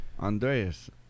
andreas